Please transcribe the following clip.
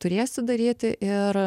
turėsiu daryti ir